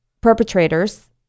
perpetrators